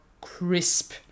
crisp